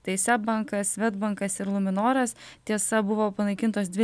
tai seb bankas svedbankas kas ir luminoras tiesa buvo panaikintos dvi